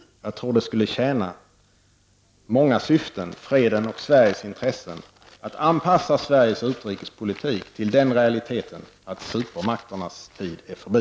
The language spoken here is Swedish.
Jag tror det skulle tjäna många syften — fredens och Sveriges — att anpassa Sveriges utrikespolitik till realiteten att supermakternas tid är förbi.